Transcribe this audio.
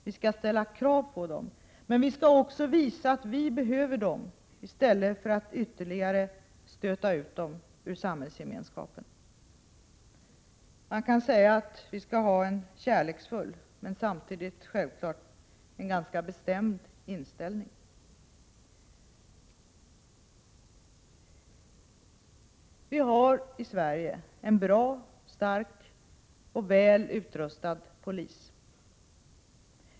Vi skall ställa krav på dem, men också visa att vi behöver dem i stället för att ytterligare stöta ut dem ur samhällsgemenskapen. Man kan säga att vi skall ha en kärleksfull men självfallet samtidigt ganska bestämd inställning. Vi har i Sverige en bra, stark och väl utrustad polis.